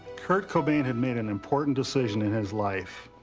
kurt cobain had made an important decision in his life.